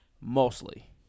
Mostly